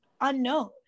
unknown